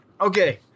Okay